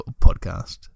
podcast